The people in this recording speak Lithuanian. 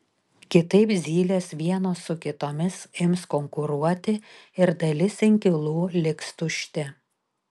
kitaip zylės vienos su kitomis ims konkuruoti ir dalis inkilų liks tušti